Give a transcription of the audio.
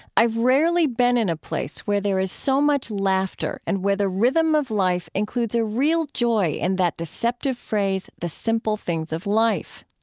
i've rarely been in a place where there is so much laughter and where the rhythm of life includes a real joy in that deceptive phrase, the simple things of life.